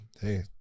hey